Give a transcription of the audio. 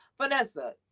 vanessa